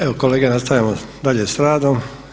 Evo kolega nastavljamo dalje sa radom.